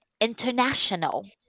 international